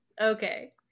okay